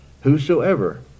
Whosoever